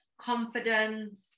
confidence